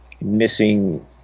missing